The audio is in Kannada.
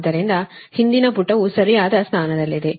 ಆದ್ದರಿಂದ ಹಿಂದಿನ ಪುಟವು ಸರಿಯಾದ ಸ್ಥಾನದಲ್ಲಿದೆ